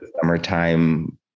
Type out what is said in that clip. summertime